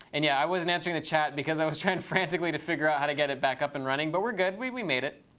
and yeah, i wasn't answering the chat because i was trying frantically to figure out how to get it back up and running. but we're good. we we made it.